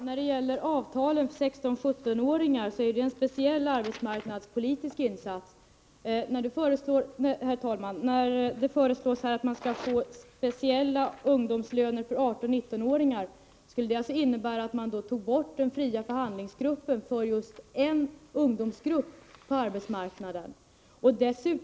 Herr talman! Avtalet för 16—-17-åringar är en speciell arbetsmarknadspolitisk insats. Men här föreslås speciella ungdomslöner för 18-19-åringar. Det skulle alltså innebära att man tog bort den fria förhandlingsrätten för en ungdomsgrupp på arbetsmarknaden.